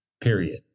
Period